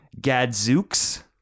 Gadzooks